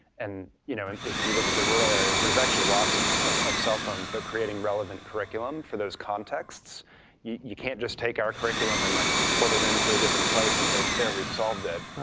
and you know and if you look at the rural areas there's actually lots of of cellphones, but creating relevant curriculum for those contexts you can't just take our curriculum and like port it into a different place and say, there we've solved it.